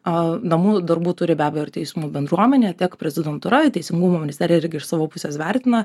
o namų darbų turi be abejo ir teismų bendruomenė tiek prezidentūra teisingumo ministerija irgi iš savo pusės vertina